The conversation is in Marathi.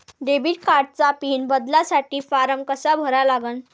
डेबिट कार्डचा पिन बदलासाठी फारम कसा भरा लागन?